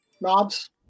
knobs